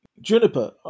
Juniper